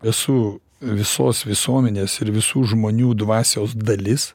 esu visos visuomenės ir visų žmonių dvasios dalis